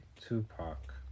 Tupac